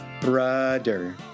Brother